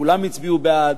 כולם הצביעו בעד.